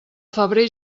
febrer